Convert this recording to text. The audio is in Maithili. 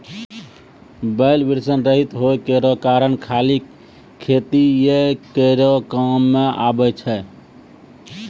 बैल वृषण रहित होय केरो कारण खाली खेतीये केरो काम मे आबै छै